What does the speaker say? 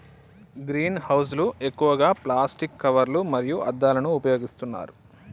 green house లు ఎక్కువగా plastic కవర్లు మరియు అద్దాలను ఉపయోగిస్తున్నారు